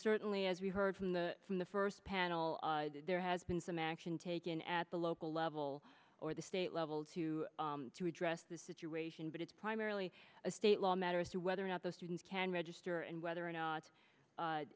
certainly as we heard from the from the first panel there has been some action taken at the local level or the state level to address the situation but it's primarily a state law matter as to whether or not the students can register and whether or not